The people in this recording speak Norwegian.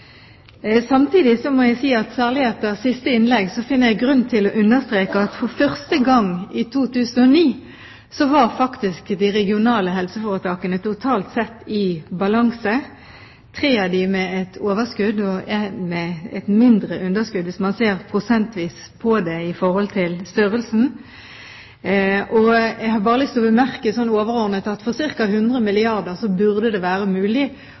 Samtidig må jeg si at jeg, særlig etter siste innlegg, finner grunn til å understreke at i 2009 var de regionale helseforetakene for første gang totalt sett i balanse – tre av dem med et overskudd, og ett med et mindre underskudd, hvis man ser prosentvis på det i forhold til størrelsen. Jeg har bare lyst til å bemerke sånn overordnet at for ca. 100 milliarder kr burde det være mulig